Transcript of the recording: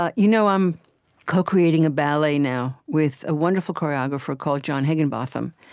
ah you know i'm co-creating a ballet now with a wonderful choreographer called john heginbotham.